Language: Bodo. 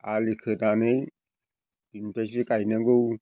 आलि खोनानै बेनिफ्रायसो गायनांगौ